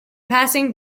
passing